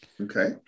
Okay